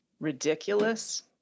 Ridiculous